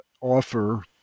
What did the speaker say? offer